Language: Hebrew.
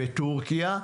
בתורכיה,